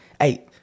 hey